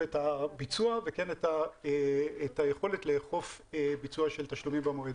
את הביצוע ואת היכולת לאכוף ביצוע של תשלומים במועד.